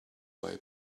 buy